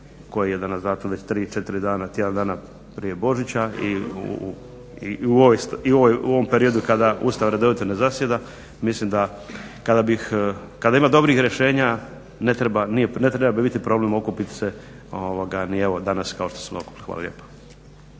koji je danas datum? Već tri, četiri dana, tjedan dana prije Božića i u ovom periodu kada Ustav redovito ne zasjeda. Mislim da, kada bih, kada ima dobrih rješenja ne treba biti problem okupiti se ni evo danas kao što smo se okupili. Hvala lijepo.